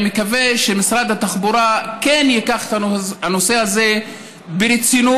אני מקווה שמשרד התחבורה כן ייקח את הנושא הזה ברצינות,